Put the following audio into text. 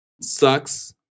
sucks